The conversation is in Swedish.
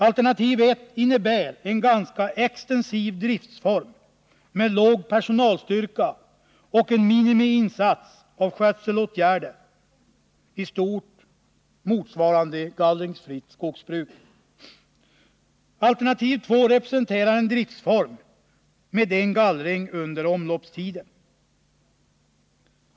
Alternativ 1 innebär en ganska extensiv driftform med låg personalstyrka och en minimiinsats i fråga om skötselåtgärder, i stort motsvarande gallringsfritt skogsbruk. Alternativ 2 representerar en driftform med en gallring under omloppstiden.